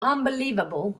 unbelievable